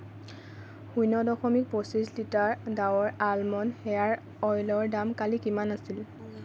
শূন্য দশমিক পঁচিছ লিটাৰ ডাৱৰ এলমণ্ড হেয়াৰ অইলৰ দাম কালি কিমান আছিল